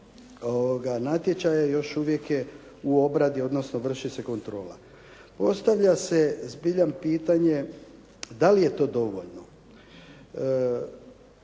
natječaja još uvijek je u obradi, odnosno vrši se kontrola. Postavlja se zbilja pitanje dali je to dovoljno?